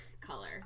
color